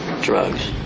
Drugs